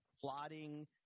plotting